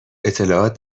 اطلاعات